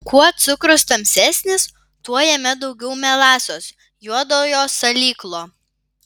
kuo cukrus tamsesnis tuo jame daugiau melasos juodojo salyklo